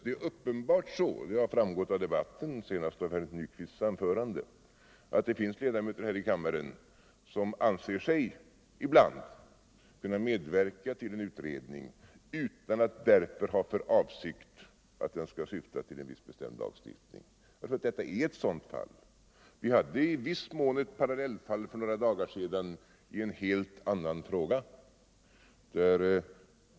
Det är uppenbarligen så — det har framgått av debatten, senast av herr Nyquists anförande —- att det finns ledamöter här i kammaren som anser sig ibland kunna medverka till en utredning utan att därför ha för avsikt att den skall syfta till en viss bestämd lagstiftning. Detta är ett sådant fall. Vi hade i viss mån ett parallellfall för några dagar sedan i en helt annan fråga.